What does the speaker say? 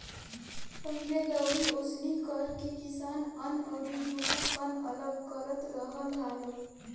पहिले दउरी ओसौनि करके किसान अन्न अउरी भूसा, कन्न अलग करत रहल हालो